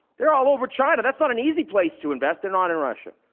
they're all over china. that's not an easy place to invest. they're not in russia.